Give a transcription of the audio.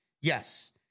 Yes